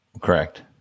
Correct